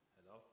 Hello